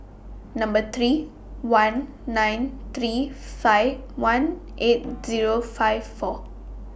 Number three one nine three five one eight Zero five four